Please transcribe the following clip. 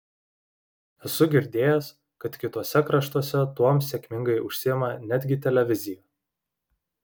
esu girdėjęs kad kituose kraštuose tuom sėkmingai užsiima netgi televizija